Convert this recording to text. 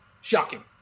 shocking